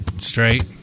Straight